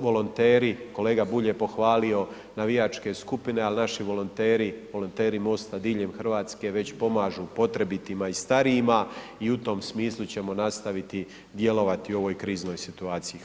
volonteri, kolega Bulj je pohvalio navijačke skupine, ali naši volonteri, volonteri MOST-a diljem Hrvatske već pomažu potrebitima i starijima i u tom smislu ćemo nastaviti djelovati u ovoj kriznoj situaciji.